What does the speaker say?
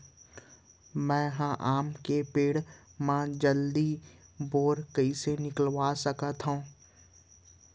मैं ह आम के पेड़ मा जलदी बौर कइसे निकलवा सकथो?